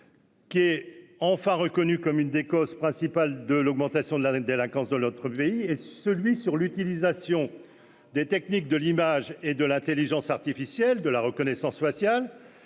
qui est enfin reconnue comme une des causes principales de l'augmentation de la délinquance de notre pays et celui sur l'utilisation. Des techniques de l'image et de l'Intelligence artificielle de la reconnaissance faciale